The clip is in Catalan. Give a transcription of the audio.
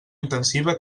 intensiva